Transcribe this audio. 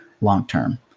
long-term